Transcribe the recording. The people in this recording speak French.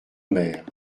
mer